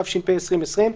התש"ף-2020,